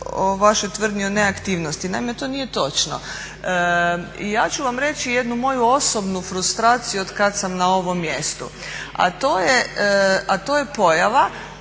o vašoj tvrdnji o neaktivnosti. Naime to nije točno. I ja ću vam reći jednu moju osobnu frustraciju od kada sam na ovom mjestu a to je pojava